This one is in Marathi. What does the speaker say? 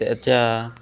त्या च्या